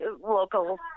local